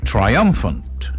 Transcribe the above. Triumphant